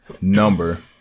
number